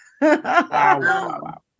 wow